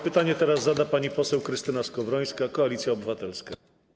Pytanie teraz zada pani poseł Krystyna Skowrońska, Koalicja Obywatelska.